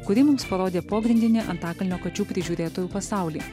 kuri mums parodė pogrindinį antakalnio kačių prižiūrėtojų pasaulį